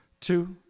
Two